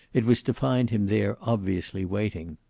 it was to find him there, obviously waiting.